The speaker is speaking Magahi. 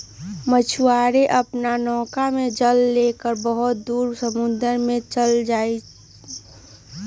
मछुआरे अपन नौका में जाल लेकर बहुत दूर समुद्र में चल जाहई